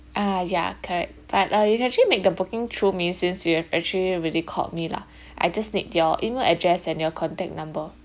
ah yeah correct but uh you can actually make the booking through me since you have actually already called me lah I just need your email address and your contact number